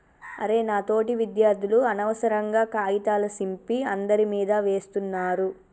అరె నా తోటి విద్యార్థులు అనవసరంగా కాగితాల సింపి అందరి మీదా వేస్తున్నారు